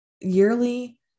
yearly